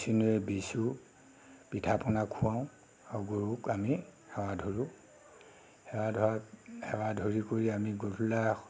বিচনীৰে বিচোঁ পিঠা পনা খোৱাওঁ আৰু গৰুক আমি সেৱা ধৰোঁ সেৱা ধৰা সেৱা ধৰি কৰি আমি গধূলা